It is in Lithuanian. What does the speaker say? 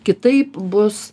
kitaip bus